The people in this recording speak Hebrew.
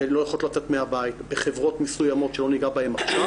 שלא יכולות לצאת מהבית בחברות מסוימות שלא ניגע בהן עכשיו,